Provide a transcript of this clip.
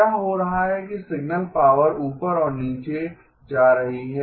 क्या हो रहा है कि सिग्नल पावर ऊपर और नीचे जा रही है